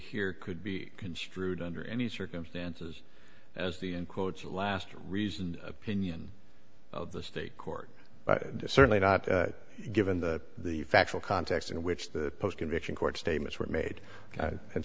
here could be construed under any circumstances as the in quotes last reasoned opinion of the state court certainly not given the factual context in which the post conviction court's statements were made and